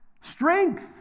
Strength